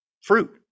fruit